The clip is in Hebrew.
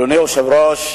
אדוני היושב-ראש,